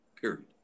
period